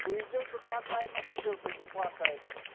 تُہۍ ییٖزیٚو دُپہر ٹایمَس ییٖزیٚو تُہۍ دُپہر ٹایمَس